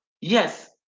Yes